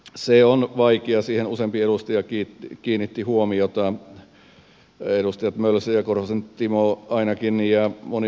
se on vaikea siihen useampi edustaja kiinnitti huomiota edustajat mölsä ja korhosen timo ainakin ja moni muukin